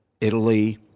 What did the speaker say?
Italy